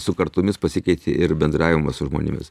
su kartomis pasikeitė ir bendravimas su žmonėmis